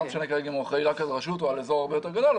זה לא משנה כרגע אם הוא אחראי רק על רשות או על אזור הרבה יותר גדול.